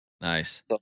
Nice